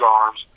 arms